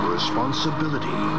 Responsibility